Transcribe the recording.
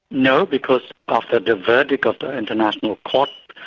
no, because after the verdict of the international court,